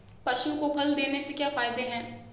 पशु को खल देने से क्या फायदे हैं?